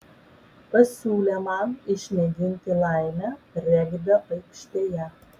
pasiūlė man išmėginti laimę regbio aikštėje